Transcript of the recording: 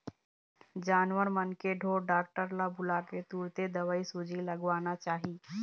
जानवर मन के ढोर डॉक्टर ल बुलाके तुरते दवईसूजी लगवाना चाही